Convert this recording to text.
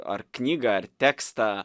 ar knygą ar tekstą